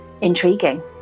intriguing